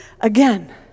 again